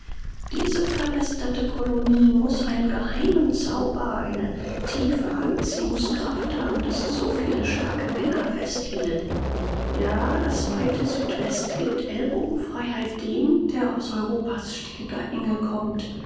diese verlästerte kolonie muß einen geheimen zauber eine tiefe anziehungskraft haben daß sie so viele starke männer festhielt ja das weite südwest gibt ellbogenfreiheit dem der aus europas stickiger enge kommt